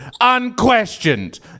unquestioned